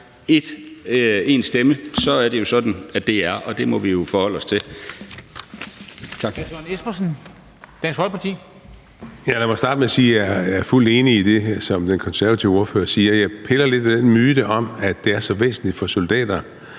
flertal, så er det jo sådan, det er. Og det må vi forholde os til. Tak.